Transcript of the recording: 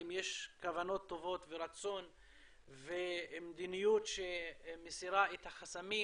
אם יש כוונות וטובות ורצון ומדיניות שמסירה את החסמים